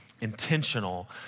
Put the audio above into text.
intentional